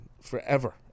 forever